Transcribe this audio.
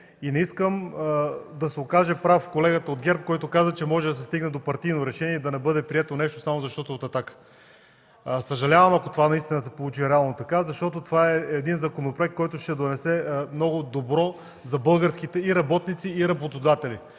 решение и да се окаже прав колегата от ГЕРБ, който каза, че може да се стигне до партийно решение и да не бъде прието нещо само защото е от „Атака”. Съжалявам, ако наистина се получи реално така, защото това е законопроект, който ще донесе много добро за българските и работници, и работодатели,